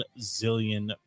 zillion